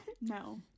No